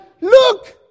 Look